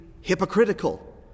hypocritical